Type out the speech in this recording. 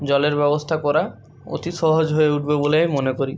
জলের ব্যবস্থা করা অতি সহজ হয়ে উঠবে বলে আমি মনে করি